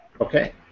Okay